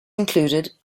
included